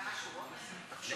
חבר הכנסת יואב קיש,